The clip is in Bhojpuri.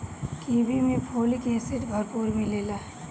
कीवी में फोलिक एसिड भरपूर मिलेला